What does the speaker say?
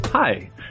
Hi